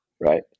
right